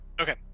Okay